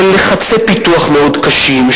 של לחצי פיתוח מאוד קשים,